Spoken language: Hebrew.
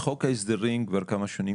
חוק ההסדרים, כבר כמה שנים